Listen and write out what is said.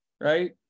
right